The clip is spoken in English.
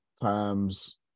times